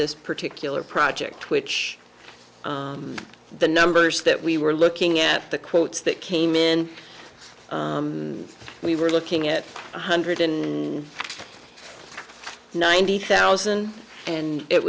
this particular project which the numbers that we were looking at the quotes that came in we were looking at one hundred in ninety thousand and it